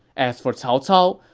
as for cao cao,